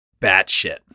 batshit